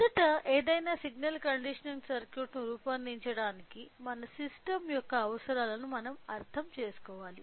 మొదట ఏదైనా signal conditioning సర్క్యూట్ను రూపొందించడానికి మన సిస్టమ్ యొక్క అవసరాలను అర్థం చేసుకోవాలి